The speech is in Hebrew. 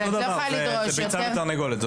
זאת שאלת הביצה והתרנגולת.